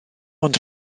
ond